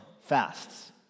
fasts